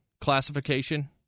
classification